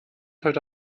heute